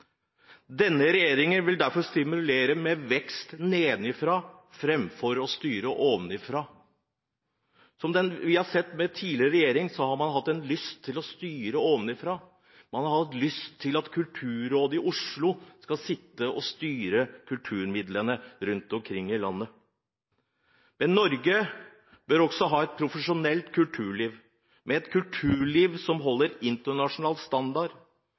Denne regjeringen vil stimulere til vekst nedenfra framfor å styre ovenfra. Som vi så med den tidligere regjeringen, har man hatt lyst til å styre ovenfra. Man har hatt lyst til at Kulturrådet i Oslo skulle styre kulturmidlene rundt omkring i landet. Norge bør også ha et profesjonelt kulturliv som holder internasjonal standard.